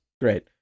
Great